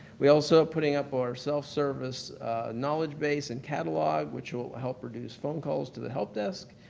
we also are putting up our self-service knowledge base and catalog, which will help reduce phone calls to the help desk,